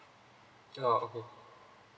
oh okay